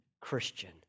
Christian